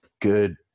good